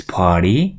party